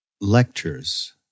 lectures